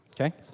okay